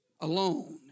alone